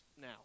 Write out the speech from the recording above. now